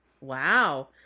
wow